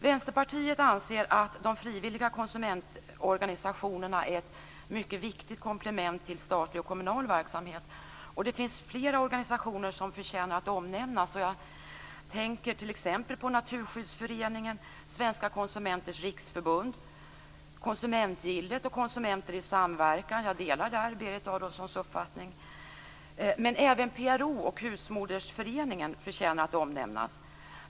Vänsterpartiet anser att de frivilliga konsumentorganisationerna är ett mycket viktigt komplement till statlig och kommunal verksamhet. Det finns flera organisationer som förtjänar att omnämnas. Jag tänker t.ex. på Naturskyddsföreningen, Svenska konsumenters riksförbund, Konsumentgillet och Konsumenter i samverkan. Jag delar där Berit Adolfssons uppfattning. Även PRO och Husmodersföreningen förtjänar att omnämnas.